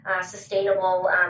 sustainable